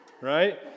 right